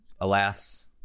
alas